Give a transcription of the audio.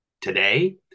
today